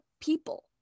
people